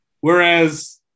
Whereas